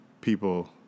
People